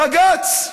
בג"ץ.